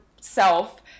self